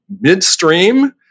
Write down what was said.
midstream